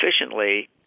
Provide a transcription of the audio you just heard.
efficiently